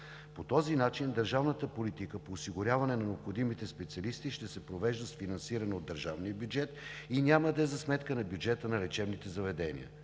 По този начин държавната политика по осигуряване на необходимите специалисти ще се провежда с финансиране от държавния бюджет и няма да е за сметка на бюджета на лечебните заведения.